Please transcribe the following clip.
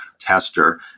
tester